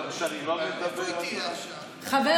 חבר